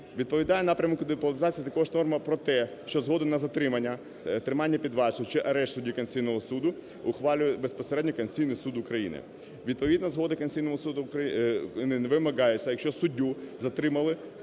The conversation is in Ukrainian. Відповідає напрямку деполітизації також норма про те, що згоду на затримання, тримання під вартою чи арешт судді Конституційного Суду ухвалює безпосередньо Конституційний Суд України. Відповідна згода Конституційного Суду… вимагається, якщо суддю затримали